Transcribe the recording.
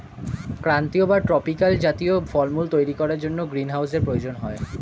ক্রান্তীয় বা ট্রপিক্যাল জাতীয় ফলমূল তৈরি করার জন্য গ্রীনহাউসের প্রয়োজন হয়